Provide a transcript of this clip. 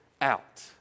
out